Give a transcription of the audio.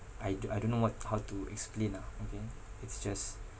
I'd I don't know what how to explain lah okay it's just